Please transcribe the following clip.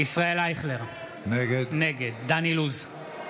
ישראל אייכלר, נגד דן אילוז,